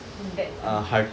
det~ um